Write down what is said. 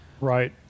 Right